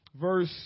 verse